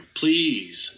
please